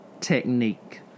technique